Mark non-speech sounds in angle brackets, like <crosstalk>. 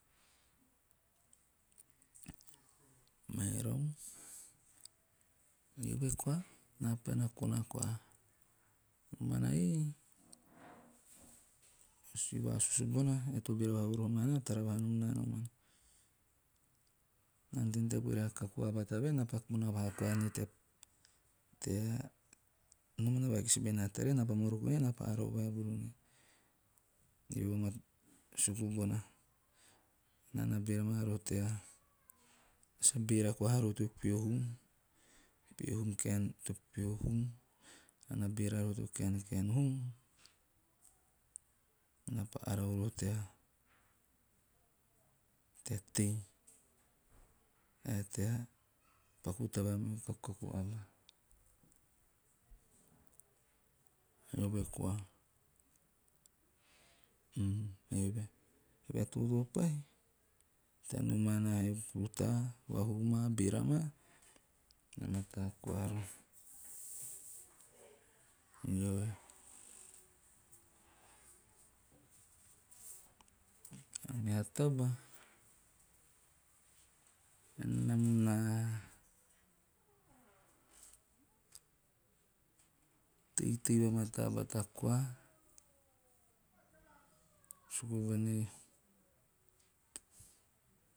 <hesitation> merau, eve koa, mena pa pahena kona koa, nomana ei, osi vasusu bona, ge to beera vavaha vomaa rroho naa, na taara vaha nom naa nomara. Naa na ante nom tea vurahe a kaku aba tabae naapa kona tea <unintelligible> na pa moroko kie, naa pa arau vaevuru eve, suku bona, naa na beera maa roho tea, <hesitation> naa sa beera haa roho tea peho hum <unintelligible> naa na beera roho tea kaekaen naa pa arau roho tea tei, ae tea paku taba meo kakukaku ba. Eve koa <unintelligible> eve he a totoo pahi, taneo maa na he a rutaa, vahhu maa, beera maa, na mataa koa rroho. <noise> Meha taba, nam a naa teitei vamataa bata koa suku voen ei.